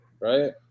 right